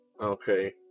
Okay